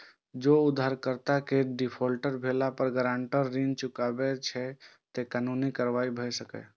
जौं उधारकर्ता के डिफॉल्टर भेला पर गारंटर ऋण नै चुकबै छै, ते कानूनी कार्रवाई भए सकैए